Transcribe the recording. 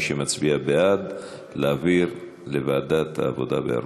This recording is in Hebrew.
מי שמצביע בעד, להעביר לוועדת העבודה והרווחה.